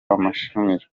amushimira